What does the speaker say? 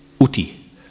uti